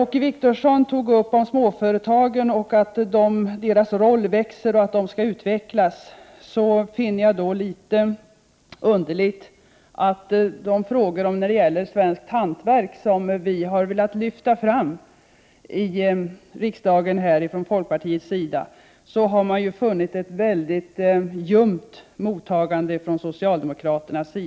Åke Wictorsson sade att småföretagens roll växer och att de skall utvecklas. Därför finner jag socialdemokraternas ljumma intresse något underligt när vi från folkpartiets sida har velat lyfta fram frågan om det svenska hantverket här i riksdagen.